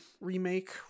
remake